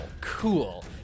Cool